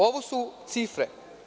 Ovo su cifre.